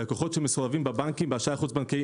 לקוחות שמסורבים בבנקים באשראי חוץ-בנקאי,